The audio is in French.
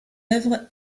œuvre